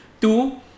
two